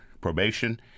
probation